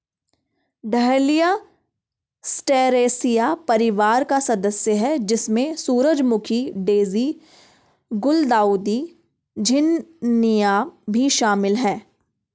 dahlia Asteraceae परिवार का सदस्य है, जिसमें सूरजमुखी, डेज़ी, गुलदाउदी, झिननिया भी शामिल है